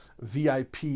VIP